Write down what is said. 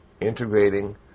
Integrating